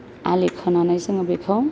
आलि खोनानै जोङो बेखौ